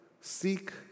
seek